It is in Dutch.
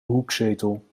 hoekzetel